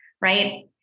right